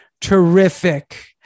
terrific